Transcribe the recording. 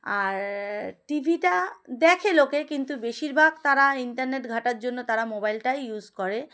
আর টি ভিটা দেখে লোকে কিন্তু বেশিরভাগ তারা ইন্টারনেট ঘাটার জন্য তারা মোবাইলটাই ইউজ করে